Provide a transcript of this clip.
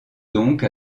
donc